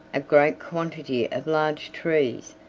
a great quantity of large trees,